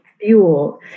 fuel